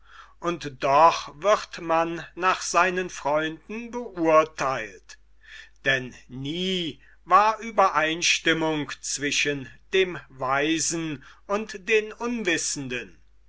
und doch wird man nach seinen freunden beurtheilt denn nie war übereinstimmung zwischen dem weisen und den unwissenden